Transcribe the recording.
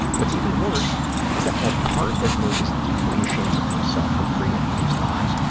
what's even worse is that, while part of me is deeply ashamed of myself for creating these lies,